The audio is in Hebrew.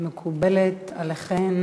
מקובלת עליכם